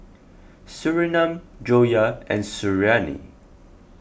Surinam Joyah and Suriani